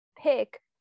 pick